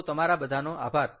તો તમારા બધાનો આભાર